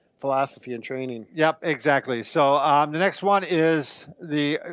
philosophy and training. yup, exactly. so um the next one is the,